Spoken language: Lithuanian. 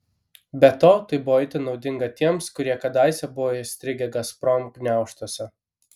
be to tai buvo itin naudinga tiems kurie kadaise buvo įstrigę gazprom gniaužtuose